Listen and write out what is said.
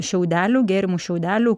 šiaudelių gėrimų šiaudelių